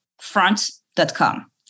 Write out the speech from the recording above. front.com